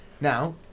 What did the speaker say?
Now